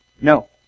No